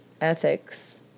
ethics